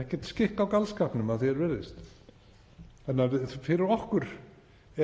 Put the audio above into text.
ekkert skikk á galskapnum að því er virðist. Fyrir okkur